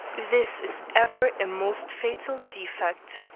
this is ever a most fatal defect.